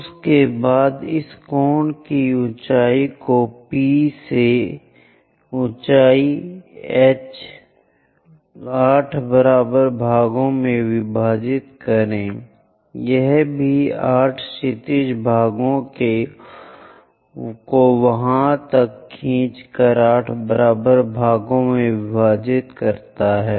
उसके बाद इस कोण की ऊँचाई को P से ऊँचाई h में 8 बराबर भागों में विभाजित करें यह भी 8 क्षैतिज भागों को वहाँ तक खींचकर 8 बराबर भागों में विभाजित करता है